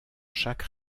chaque